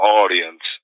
audience